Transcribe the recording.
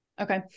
Okay